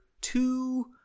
two